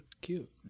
cute